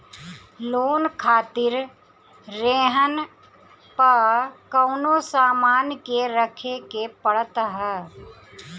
loan खातिर रेहन पअ कवनो सामान के रखे के पड़त हअ